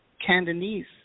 Cantonese